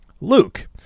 Luke